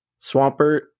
Swampert